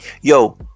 Yo